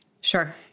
Sure